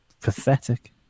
pathetic